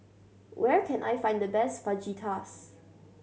where can I find the best Fajitas